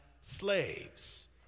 slaves